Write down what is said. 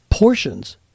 portions